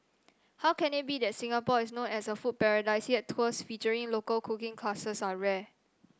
how can it be that Singapore is known as a food paradise yet tours featuring local cooking classes are rare